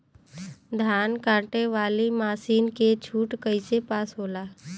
धान कांटेवाली मासिन के छूट कईसे पास होला?